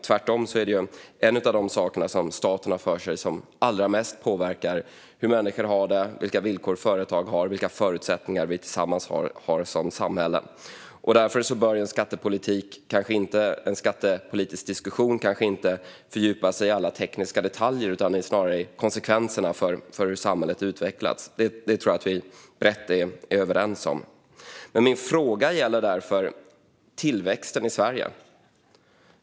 Tvärtom är det en av de saker staten sysslar med som allra mest påverkar hur människor har det, vilka villkor företag har och vilka förutsättningar vi som samhälle tillsammans har. Av detta skäl bör man kanske i en skattepolitisk diskussion inte fördjupa sig i alla tekniska detaljer utan snarare i konsekvenserna för hur samhället utvecklas. Det är vi nog brett överens om. Min fråga gäller därför tillväxten i Sverige.